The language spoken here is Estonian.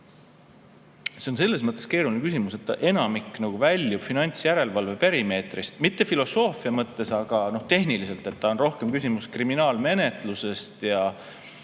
See on selles mõttes keeruline küsimus, et enamik sellest väljub finantsjärelevalve perimeetrist, mitte filosoofia mõttes, aga tehniliselt. See on rohkem küsimus kriminaalmenetlusest ja